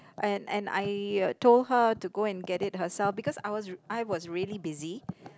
and and I told her to go and get it herself because I was I was really busy